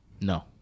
No